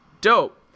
Dope